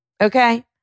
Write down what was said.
okay